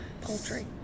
Poultry